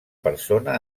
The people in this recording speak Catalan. persona